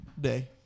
Day